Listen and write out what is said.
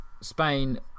Spain